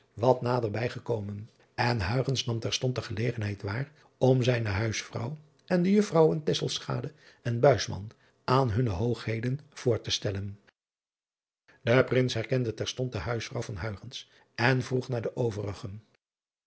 wat nader bij gekomen en nam terstond de gelegenheid waar om zijne huisvrouw en de uffrouwen en aan hunne oogheden voor te stellen e rins herkende terstond de huisvrouw van en vroeg naar de overigen